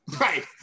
Right